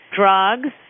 drugs